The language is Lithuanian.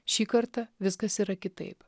šį kartą viskas yra kitaip